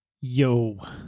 Yo